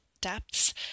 depths